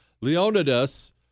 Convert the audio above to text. Leonidas